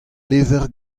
levr